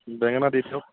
বেঙেনা দি দিয়ক